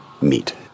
meet